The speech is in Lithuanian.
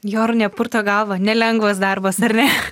jorūnė purto galvą nelengvas darbas ar ne